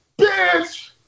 Bitch